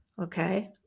Okay